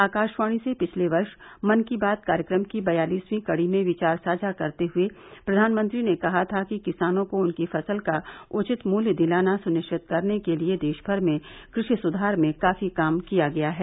आकाशवाणी से पिछले वर्ष मन की बात कार्यक्रम की बयालिसवीं कड़ी में विचार साझा करते हुए प्रधानमंत्री ने कहा था कि किसानों को उनकी फसल का उचित मूल्य दिलाना सुनिश्चित करने के क षिण सुधार में काफी काम किया गया है